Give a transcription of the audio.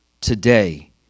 today